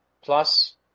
Plus